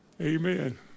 Amen